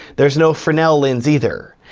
there's no fresnel lens either.